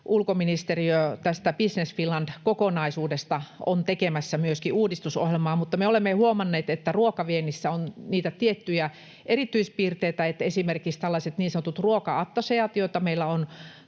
Ulkoministeriö on tästä Business Finland -kokonaisuudesta tekemässä myöskin uudistusohjelmaa. Mutta me olemme huomanneet, että ruokaviennissä on tiettyjä erityispiirteitä, niin että esimerkiksi tällaisia niin sanottuja ruoka-attaseoita, joita meillä on